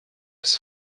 his